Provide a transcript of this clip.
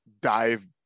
dive